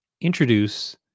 introduce